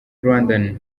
rwandan